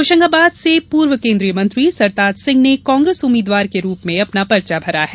होशंगाबाद से पूर्व केन्द्रीय मंत्री सरताज सिंह ने कांग्रेस उम्मीदवार के रूप में अपना पर्चा भरा है